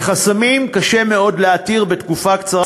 וחסמים קשה מאוד להתיר בתקופה קצרה,